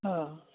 हाँ